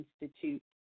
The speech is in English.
Institute